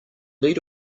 lead